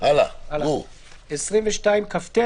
סעיף 22כט,